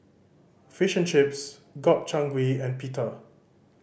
Fish and Chips Gobchang Gui and Pita